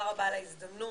תודה רבה על ההזדמנות.